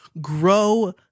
grow